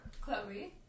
Chloe